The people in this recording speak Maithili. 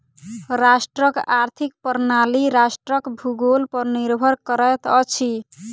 राष्ट्रक आर्थिक प्रणाली राष्ट्रक भूगोल पर निर्भर करैत अछि